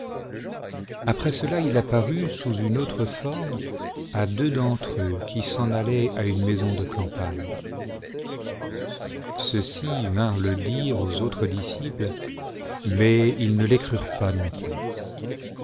après cela il apparut sous une autre forme à deux d'entre eux qui s'en allaient à une maison de campagne ceux-ci vinrent le dire aux autres disciples mais ils ne les crurent pas non plus